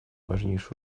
важнейшую